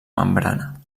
membrana